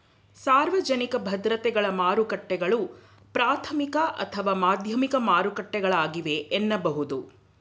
ಸಾರ್ವಜನಿಕ ಭದ್ರತೆಗಳ ಮಾರುಕಟ್ಟೆಗಳು ಪ್ರಾಥಮಿಕ ಅಥವಾ ಮಾಧ್ಯಮಿಕ ಮಾರುಕಟ್ಟೆಗಳಾಗಿವೆ ಎನ್ನಬಹುದು